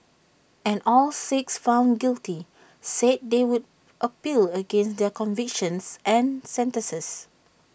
and all six found guilty said they would appeal against their convictions and sentences